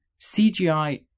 CGI